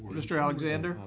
mr. alexander.